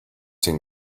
seen